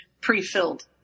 pre-filled